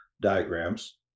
diagrams